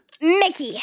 Mickey